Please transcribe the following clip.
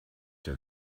der